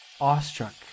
awestruck